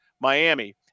Miami